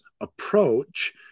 approach